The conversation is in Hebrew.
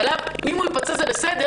ועל הגבר אם הוא ייפצע זה בסדר,